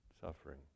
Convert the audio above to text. suffering